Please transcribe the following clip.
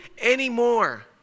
anymore